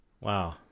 Wow